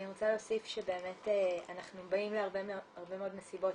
אני רוצה להוסיף שבאמת אנחנו באים להרבה מאוד מסיבות